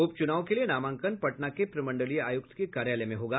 उप चुनाव के लिए नामांकन पटना के प्रमंडलीय आयुक्त के कार्यालय में होगा